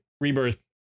Rebirth